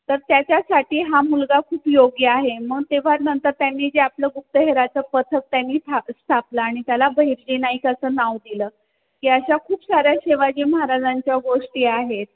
तर त्याच्यासाठीच हा मुलगा खूप योग्य आहे मं तेव्हा नंतर त्यांनी जे आपलं गुप्तहेराचं पथक त्यांनी स्थापलं आणि त्याला बहिरजी नाईकाचं नाव दिलं की अशा खूप साऱ्या शिवाजी महाराजांच्या गोष्टी आहेत